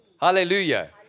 Hallelujah